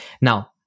Now